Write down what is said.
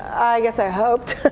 i guess i hoped.